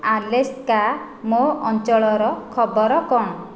Alexa ମୋ ଅଞ୍ଚଳର ଖବର କ'ଣ